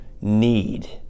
need